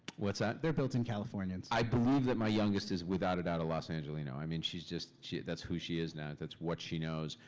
what's that? they're built-in californians. i believe that my youngest is, without a doubt, a los angelino. i mean she's just. that's who she is now, that's what she knows.